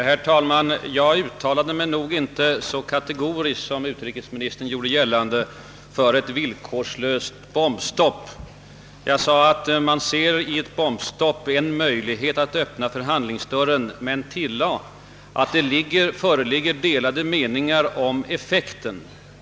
Herr talman! Jag uttalade mig nog inte så kategoriskt som utrikesministern gjorde gällande för ett villkorslöst bombstopp. Jag sade att det förefaller som om man i ett bombstopp kunde se en möjlighet att öppna förhandlingsdörren, men jag tillade att det föreligger delade meningar om effekten.